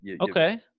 Okay